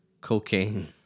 cocaine